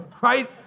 right